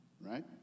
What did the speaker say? right